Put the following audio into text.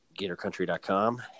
GatorCountry.com